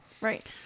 Right